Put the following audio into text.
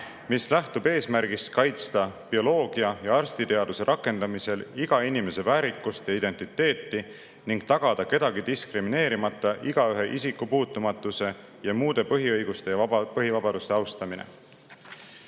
mis lähtub eesmärgist kaitsta bioloogia ja arstiteaduse rakendamisel iga inimese väärikust ja identiteeti ning tagada kedagi diskrimineerimata igaühe isikupuutumatuse ja muude põhiõiguste ja põhivabaduste austamine. Nimetatud